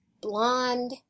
blonde